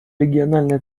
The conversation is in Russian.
региональная